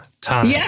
time